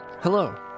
Hello